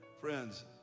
friends